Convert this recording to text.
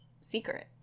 secret